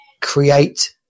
create